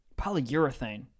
Polyurethane